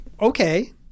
okay